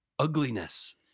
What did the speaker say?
ugliness